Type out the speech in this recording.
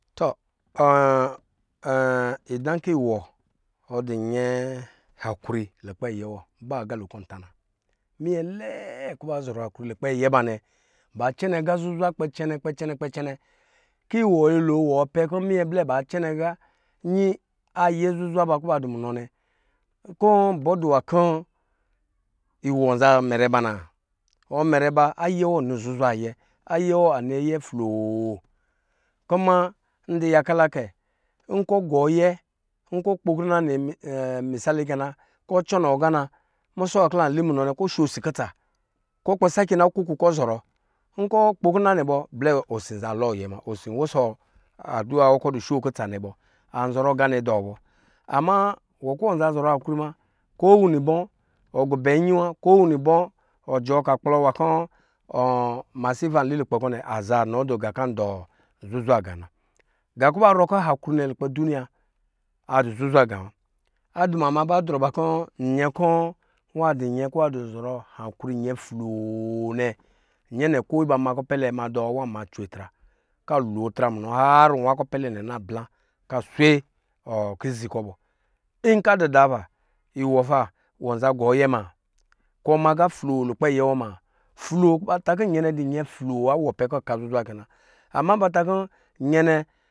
To idan kiwɔ ɔdiƴɛ ukri lukpɛ yewɔ ba galo kɔ̄ tana, minyɛ lɛɛ kɔ̄ ba zɔrɔ akri lukpɛ yɛ banɛ, ba cɛnɛ ga zuzwa kpɛ cɛnɛ kpɛ cɛnɛ kiwɔ yoto wɔ pɛ kɔ minyɛ blɛ ba cɛene ga yi yɛ zuzwa kɔ̄ ba dɔ̄ munɔ nɛ kɔ̄ bɔ dɔ̄ nwa kɔ̄ iwɔ za mɛrɛ ba na? Ɔmɛrɛ ba ayɛ wɔni zuzwa yɛ ayɛ ni ayɛ floo, kuma idu yaka lakɛ nkɔ̄ gɔy nkɔ̄ kpokina ne misali kɛna kɔ̄ cɔnɔ gana musɔ nwa kɔ̄ la li munɔ nɛ ko sho si kutsa kɔ̄ kpɛ na kuku kɔ̄ zɔrɔ nkɔ̄ kpo kina nɛ bɔ blɛ osi za loyɛ muna, osi wusɔ aduwa wɔ kɔ̄ du sho kutsa nɛ bɔ a zɔrɔ ganɛ dɔ bɔ ama wɔ kiwɔ za zɔrɔɔ akri muna ko wini bɔɔ ɔgubo iyi wa kɔwini bɔ̄ ɔn gubɛ nyiwa ko wini bɔɔ ɔɔɔ gukplɔ nwa kɔ̄ masifa lu lukpɛ kɔ̄ nɛ aza ga kɔ̄ adɔ zuzwa ga na, ga kɔ̄ ba rɔ kɔ̄ akri nɛ lukpɛ duniya adɔ̄ zuzwa ga wa aduma ba drɔ ba kɔ̄ nyɛ kɔ̄ nwa alɔ nyɛ kɔ̄ azɔrɔ akwri nɛ nyɛ floo nɛ nyɛ nɛ nyɛ nɛ ko ba ma kupɛlɛ ma dɔ kwa ma cwe tra kuwa lo tsa munɔ r nwa kukpɛlɛ nwablaa ka swe kiziz kɔ̄ bɔ nka di ba pa, rwɔ fa wɔ̄ za gɔ yɛma? Kɔ ma ga floo lukpɛ yɛ ma? Floo na ba takɔn yɛnɛ dɔ̄ yɛ floo adɔga zuzwa kɛna, ama ba ta kɔ̄ nyɛnɛ